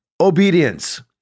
obedience